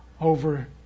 over